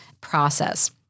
process